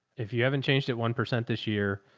if you haven't changed it one percent this year,